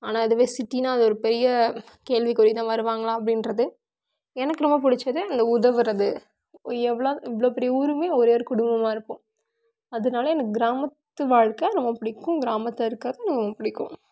ஆனால் இதுவே சிட்டினா அது ஒரு பெரிய கேள்விக்குறி தான் வருவாங்களா அப்படின்றது எனக்கு ரொம்ப பிடிச்சது அந்த உதவுறது எவ்வளோ இவ்வளோ பெரிய ஊருமே ஒரே ஒரு குடும்பமாக இருப்போம் அதனால எனக்கு கிராமத்து வாழ்க்கை ரொம்ப பிடிக்கும் கிராமத்தில் இருக்குகிறதும் ரொம்ப பிடிக்கும்